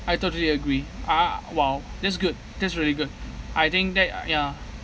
I totally agree a~ a~ !wow! that's good that's really good I think that a~ ya